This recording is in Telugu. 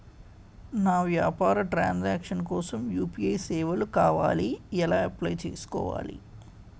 నా వ్యాపార ట్రన్ సాంక్షన్ కోసం యు.పి.ఐ సేవలు కావాలి ఎలా అప్లయ్ చేసుకోవాలి?